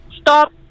Stop